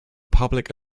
public